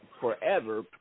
forever